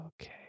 Okay